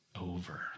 over